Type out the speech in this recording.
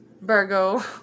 virgo